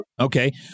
Okay